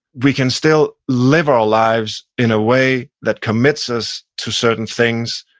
we can still live our ah lives in a way that commits us to certain things,